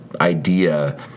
idea